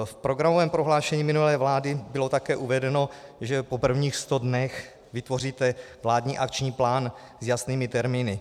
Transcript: V programovém prohlášení minulé vlády bylo také uvedeno, že po prvních sto dnech vytvoříte vládní akční plán s jasnými termíny.